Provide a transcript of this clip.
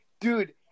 dude